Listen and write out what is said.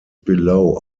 below